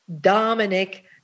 Dominic